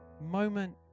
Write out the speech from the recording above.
moment